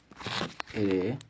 இரு:iru